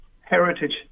heritage